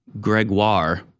Gregoire